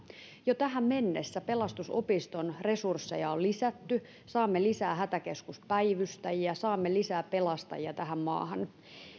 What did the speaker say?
jo tähän mennessä pelastusopiston resursseja on lisätty saamme lisää hätäkeskuspäivystäjiä saamme lisää pelastajia tähän maahan